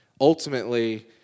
ultimately